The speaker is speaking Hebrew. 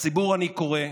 לציבור אני קורא: